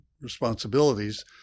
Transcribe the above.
responsibilities